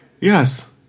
Yes